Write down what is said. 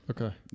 Okay